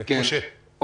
משה, בבקשה.